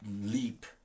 leap